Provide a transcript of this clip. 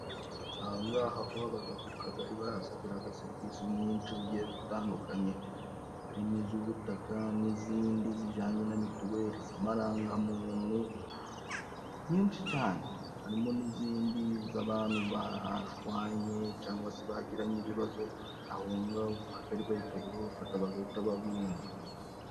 Ahangaha ho habaga ku kagari bahasabigaraga serivisi nyinshi zigiye zitandukanye: harimo iz'ubutaka, n'izindi zijanye na mituweli, iz'amarangamuntu nyinshi cane harimo n'izindi z'abantu bashwanye cyangwa se bagiranye ibibazo ahongaho ku kagari bahitaga babafata bagahita babuhunga.